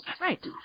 Right